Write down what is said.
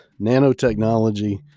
nanotechnology